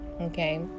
okay